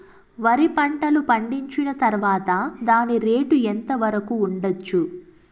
వరి పంటలు పండించిన తర్వాత దాని రేటు ఎంత వరకు ఉండచ్చు